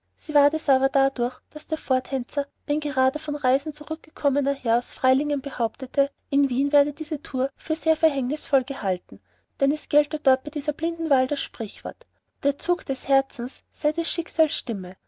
sie ward es aber dadurch daß der vortänzer ein gerade von reisen zurückgekommener herr aus freilingen behauptete in wien werde diese tour für sehr verhängnisvoll gehalten denn es gelte dort bei dieser blinden wahl das sprichwort der zug des herzens sei des schicksals stimme